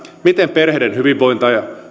miten perheiden hyvinvointia